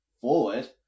forward